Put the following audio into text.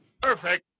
Perfect